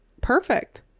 perfect